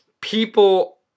People